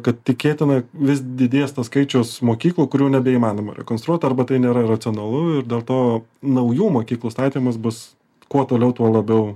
kad tikėtina vis didės tas skaičius mokyklų kurių nebeįmanoma rekonstruot arba tai nėra racionalu ir dėl to naujų mokyklų statymas bus kuo toliau tuo labiau